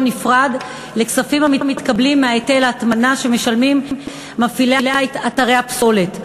נפרד לכספים המתקבלים מהיטל ההטמנה שמשלמים מפעילי אתר הפסולת.